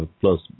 plus